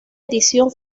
edición